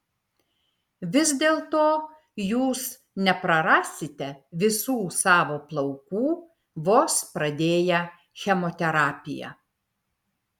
vis dėlto jūs neprarasite visų savo plaukų vos pradėję chemoterapiją